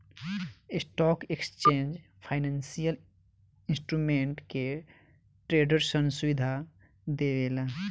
stock exchange financial instrument के ट्रेडरसन सुविधा देवेला